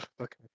okay